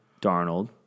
Darnold